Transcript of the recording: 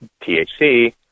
THC